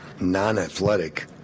non-athletic